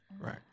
Right